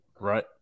Right